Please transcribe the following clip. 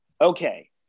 okay